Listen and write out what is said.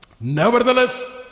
nevertheless